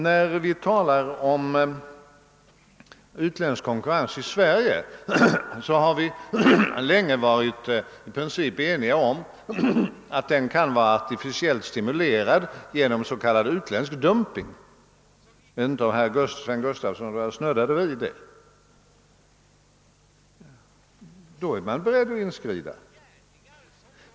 När vi talar om utländsk konkurrens i Sverige, har vi länge varit i princip eniga om att den kan vara artificiellt stimulerad genom s.k. utländsk dumping. Jag vet inte om herr Gustafson i Göteborg snuddade vid det. Då är man beredd att inskrida.